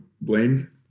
blend